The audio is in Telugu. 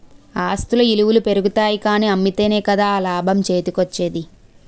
ఆస్తుల ఇలువలు పెరుగుతాయి కానీ అమ్మితేనే కదా ఆ లాభం చేతికోచ్చేది?